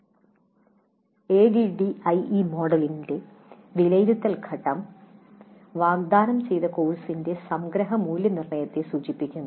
ADDIE മോഡലിന്റെ വിലയിരുത്തൽ ഘട്ടം വാഗ്ദാനം ചെയ്ത കോഴ്സിന്റെ സംഗ്രഹ മൂല്യനിർണ്ണയത്തെ സൂചിപ്പിക്കുന്നു